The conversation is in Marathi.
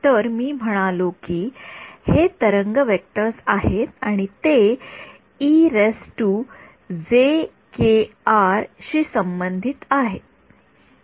तर मी म्हणालो की हे तरंग व्हेक्टर्स आहेत आणि ते शी संबंधित आहेत